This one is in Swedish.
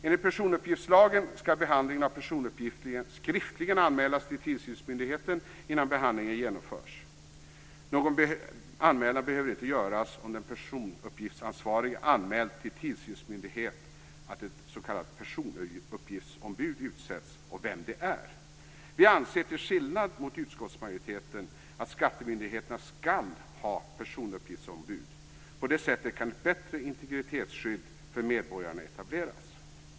Enligt personuppgiftslagen skall behandlingen av personuppgifter skriftligen anmälas till tillsynsmyndigheten innan behandlingen genomförs. Någon anmälan behöver inte göras om den personuppgiftsansvarige anmält till tillsynsmyndighet att ett s.k. personuppgiftsombud utsetts och vem det är. Vi anser, till skillnad från utskottsmajoriteten, att skattemyndigheterna skall ha personuppgiftsombud. På det sättet kan ett bättre integritetsskydd för medborgarna etableras.